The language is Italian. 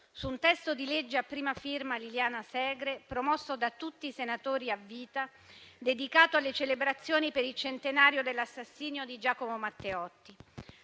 su un testo di legge a prima firma della senatrice Liliana Segre, promosso da tutti i senatori a vita, dedicato alle celebrazioni per il centenario dell'assassinio di Giacomo Matteotti.